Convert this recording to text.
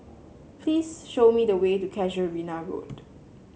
please show me the way to Casuarina Road